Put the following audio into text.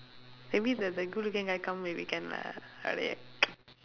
maybe the the good looking guy come maybe can lah